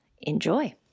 Enjoy